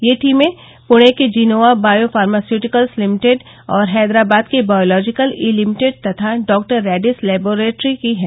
ये टीमें पुणे की जिनोवा बायो फार्मास्यूटिकल्स लिमिटेड और हैदरावाद की बॉयोलोजिकल ई लिमिटेड तथा डॉक्टर रैडिस लेबोरेट्री की हैं